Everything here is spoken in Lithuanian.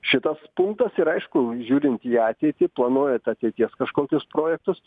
šitas punktas ir aišku žiūrint į ateitį planuojant ateities kažkokius projektus